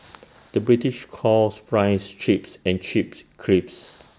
the British calls Fries Chips and chips